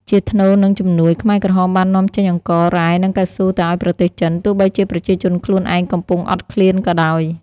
ជាថ្នូរនឹងជំនួយ ខ្មែរក្រហមបាននាំចេញអង្ករ រ៉ែ និងកៅស៊ូទៅឱ្យប្រទេសចិន ទោះបីជាប្រជាជនខ្លួនឯងកំពុងអត់ឃ្លានក៏ដោយ។